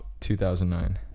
2009